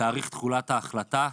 תאריך תחולת ההחלטה.